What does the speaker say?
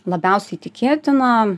labiausiai tikėtiną